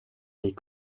des